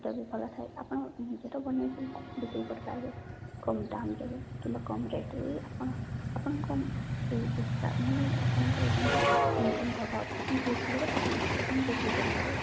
ଖାଦ୍ୟ ବି ଭଲ ଥାଏ ଆପଣ ନିଜର ବନାଇକି ବିକ୍ରି କରିପାରିବେ କମ୍ ଦାମରେ କିମ୍ବା କମ୍ ରେଟ୍ରେ ବି ଆପଣ ଆପଣଙ୍କ ଆପଣଙ୍କର ଯେମିତି ଇନକମ୍ ଭଲ ହେବ ସେମତି ହିସାବରେ ଆପଣ ପ୍ରଥମେ ବିକ୍ରି କରିପାରିବେ